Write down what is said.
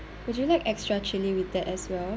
would you like extra chilli with that as well